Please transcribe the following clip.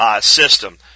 system